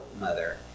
mother